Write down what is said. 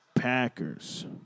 Packers